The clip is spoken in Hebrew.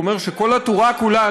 אומר שכל התורה כולה,